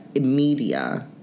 media